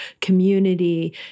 community